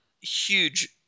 huge